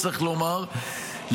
צריך לומר,